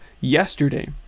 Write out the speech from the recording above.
yesterday